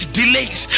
delays